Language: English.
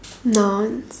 no